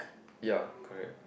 ya correct